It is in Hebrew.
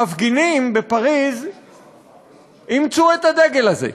המפגינים בפריז אימצו את הדגל הזה,